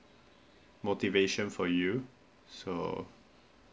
motivation for you so